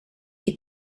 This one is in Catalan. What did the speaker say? qui